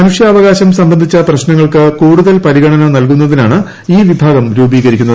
മനുഷ്യാവകാശം സംബന്ധിച്ച ക്ട്രിശ്നങ്ങൾക്ക് കൂടുതൽ പരിഗണന നൽകുന്നതിനാണ് ഈ വിഭാഗ്യം രൂപ്പീകരിക്കുന്നത്